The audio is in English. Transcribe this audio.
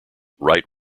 write